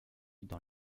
dans